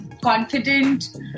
confident